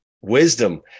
wisdom